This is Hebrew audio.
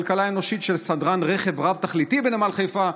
כלכלה אנושית של סדרן רכב רב-תכליתי בנמל חיפה,